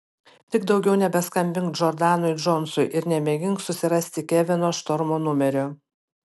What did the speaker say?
tik daugiau nebeskambink džordanui džonsui ir nemėgink susirasti kevino štormo numerio